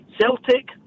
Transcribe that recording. Celtic